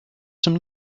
some